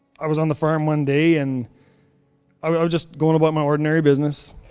i was on the farm one day and i was just going about my ordinary business.